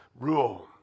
rule